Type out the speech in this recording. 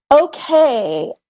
Okay